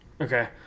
Okay